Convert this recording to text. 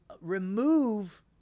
remove